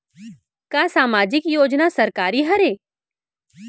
का सामाजिक योजना सरकारी हरे?